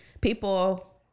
people